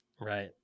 right